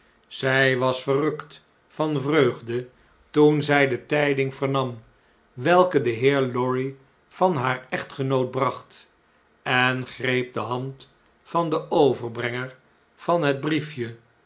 j was verrukt van vreugde toen zjj de tn'ding vernam welke de heer lorry van haar echtgenoot bracht en greep de hand van den overbrenger van het briefje